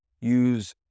use